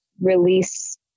release